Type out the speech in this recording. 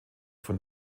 von